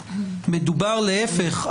להפך,